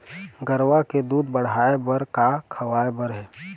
गरवा के दूध बढ़ाये बर का खवाए बर हे?